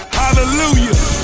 hallelujah